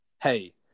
Hey